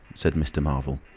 said mr. marvel.